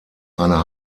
einer